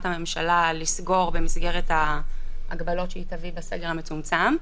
הממשלה לסגור במסגרת ההגבלות שהיא תביא בסגר המצומצם.